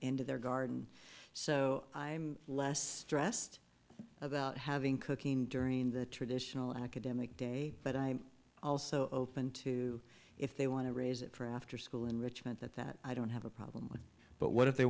their garden so i'm less stressed about having cooking during the traditional academic day but i'm also open to if they want to raise it for after school enrichment that that i don't have a problem with but what if they